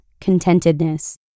contentedness